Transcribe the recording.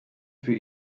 für